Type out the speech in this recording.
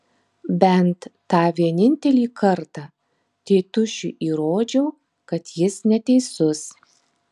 bent tą vienintelį kartą tėtušiui įrodžiau kad jis neteisus